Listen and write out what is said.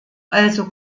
also